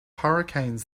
hurricanes